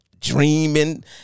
Dreaming